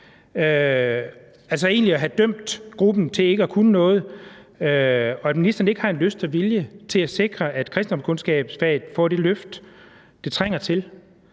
altså egentlig at have dømt gruppen til ikke at kunne noget. Har ministeren ikke en lyst og vilje til at sikre, at kristendomskundskabsfaget får det løft, det trænger til?